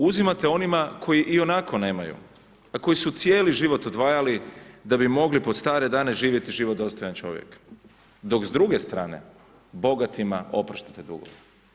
Uzimate onima koji ionako nemaju a koji su cijeli život odvajali da bi mogli pod stare dane živjeti život dostojan čovjeka dok s druge strane bogatima opraštate dugove.